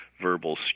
verbal